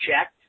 checked